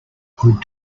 good